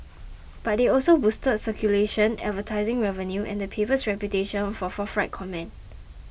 but they also boosted circulation advertising revenue and the paper's reputation for forthright comment